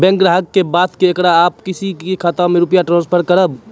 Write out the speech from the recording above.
Bank ग्राहक के बात की येकरा आप किसी भी खाता मे रुपिया ट्रांसफर करबऽ?